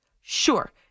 sure